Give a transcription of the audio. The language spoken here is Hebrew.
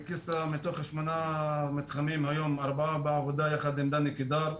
בכסרא מתוך שמונה מתחמים היום ארבעה בעבודה יחד עם דני קידר.